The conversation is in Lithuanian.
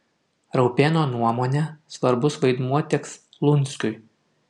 raupėno nuomone svarbus vaidmuo teks lunskiui